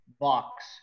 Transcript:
box